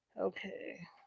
Okay